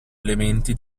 elementi